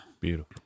Beautiful